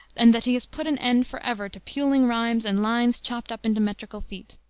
and that he has put an end forever to puling rhymes and lines chopped up into metrical feet.